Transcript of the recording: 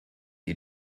you